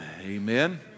amen